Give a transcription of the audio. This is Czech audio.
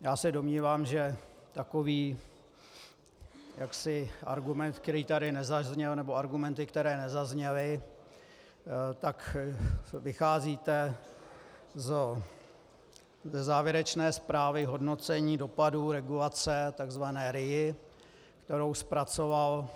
Já se domnívám, že takový jaksi argument, který tady nezazněl, nebo argumenty, které nezazněly, tak vycházíte ze závěrečné zprávy hodnocení dopadů regulace takzvané RIA, kterou zpracoval